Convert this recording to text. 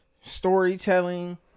storytelling